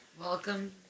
Welcome